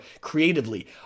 creatively